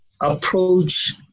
approach